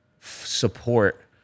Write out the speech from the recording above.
support